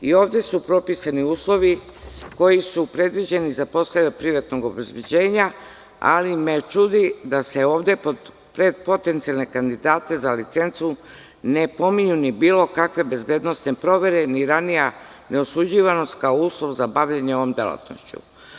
I ovde su propisani uslovi koji su predviđeni za poslove privatnog obezbeđenja ali me čudi da se ovde pred potencijalne kandidate za licencu ne pominju ni bilo kakve bezbednosne provere, ni ranija ne osuđivanost kao uslov za bavljenje ovom delatnošću.